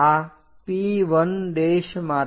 આ P1 માટે